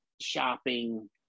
shopping